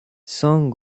son